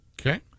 Okay